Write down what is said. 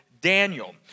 Daniel